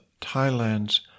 Thailand's